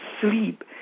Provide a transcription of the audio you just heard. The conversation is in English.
sleep